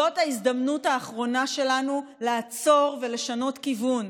הוא ההזדמנות האחרונה שלנו לעצור ולשנות כיוון.